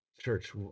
Church